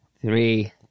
Three